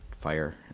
fire